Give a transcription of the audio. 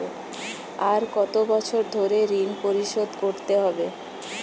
আর কত বছর ধরে ঋণ পরিশোধ করতে হবে?